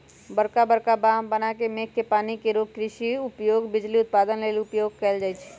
बरका बरका बांह बना के मेघ के पानी के रोक कृषि उपयोग, बिजली उत्पादन लेल उपयोग कएल जाइ छइ